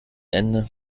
ende